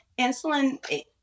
insulin